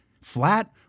flat